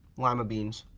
lima beans,